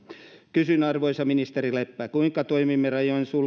kysyn arvoisa ministeri leppä kuinka toimimme rajojen